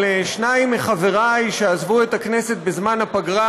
שניים מחבריי שעזבו את הכנסת בזמן הפגרה,